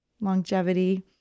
longevity